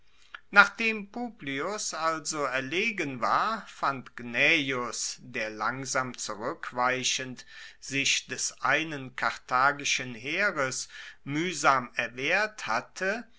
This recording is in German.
nachdem publius also erlegen war fand gnaeus der langsam zurueckweichend sich des einen karthagischen heeres muehsam erwehrt hatte